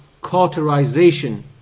cauterization